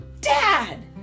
Dad